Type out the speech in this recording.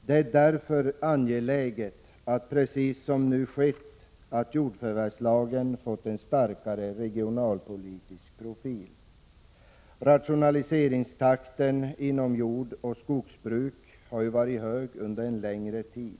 Det är därför angeläget att precis som nu skett jordförvärvslagen får en starkare regionalpolitisk profil. Rationaliseringstakten inom jordoch skogsbruket har varit hög under en längre tid.